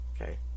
Okay